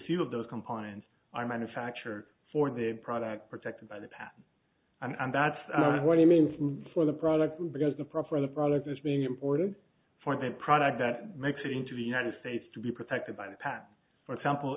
few of those compliance are manufactured for the product protected by the path and that's what it means and for the product because the proper the product is being important for that product that makes it into the united states to be protected by the pack for example